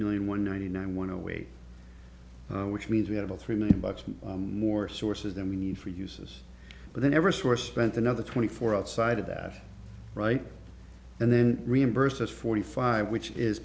million one ninety nine one away which means we have all three million bucks more sources than we need for uses but they never source went another twenty four outside of that right and then reimbursed us forty five which is